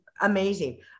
amazing